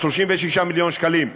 36 מיליון שקלים,